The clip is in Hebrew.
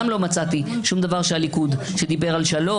חש לקואליציה,